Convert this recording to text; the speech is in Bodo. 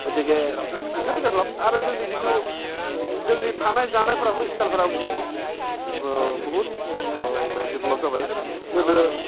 गथिखे एखौनो डेभेलप आरो जोंनि जिथु जोंनि थानाय जानायफोराबो स्टायेलफोरा बुहुथ डेभेलप जाबाय गोदो